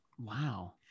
Wow